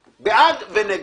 בעד או נגד.